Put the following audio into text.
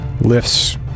lifts